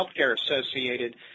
healthcare-associated